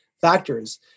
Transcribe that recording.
factors